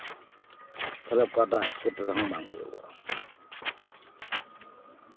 ᱛᱟᱞᱦᱮ ᱚᱠᱟᱴᱟᱜ ᱮᱴᱠᱮᱴᱚᱬᱮ ᱦᱚᱸ ᱵᱟᱝ ᱦᱩᱭᱩᱜᱚᱜᱼ